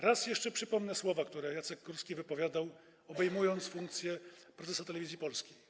Raz jeszcze przypomnę słowa, które Jacek Kurski wypowiadał, obejmując funkcję prezesa Telewizji Polskiej.